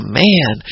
man